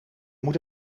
moet